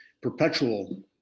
perpetual